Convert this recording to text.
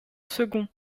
second